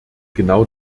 genau